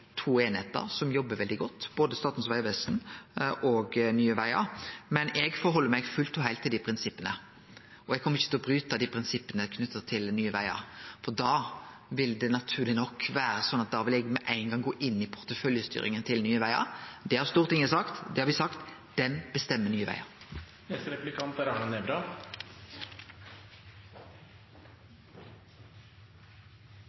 to einingar som jobbar veldig godt, både Statens vegvesen og Nye Vegar, men eg held meg fullt og heilt til dei prinsippa. Eg kjem ikkje til å bryte dei prinsippa knytte til Nye Vegar, for da vil det naturleg nok vere slik at eg med ein gong vil gå inn i porteføljestyringa til Nye Vegar. Det har Stortinget sagt at det